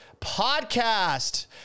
Podcast